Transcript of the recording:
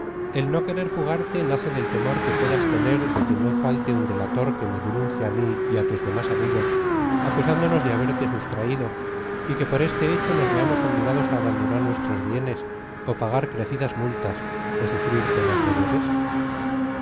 el no querer fugarte nace del temor que puedas tener de que no falte un delator que me denuncie á mí y á tus demás amigt s acusándonos de haberte sustraído y que por este hecho nos veamos obligados á abandonar nuestros bienes ó pagar crecidas multas ó sufrir penas mayores